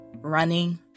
running